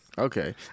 Okay